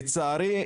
לצערי,